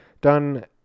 done